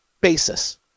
basis